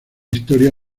historia